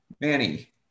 Manny